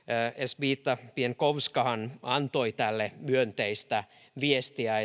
elzbieta bienkowskahan antoi tälle myönteistä viestiä